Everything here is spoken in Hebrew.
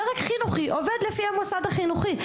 דרג חינוכי עובד לפי המוסד החינוכי.